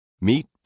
Meet